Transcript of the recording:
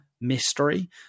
mystery